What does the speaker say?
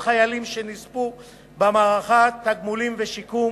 חיילים שנספו במערכה (תגמולים ושיקום)